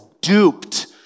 duped